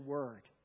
Word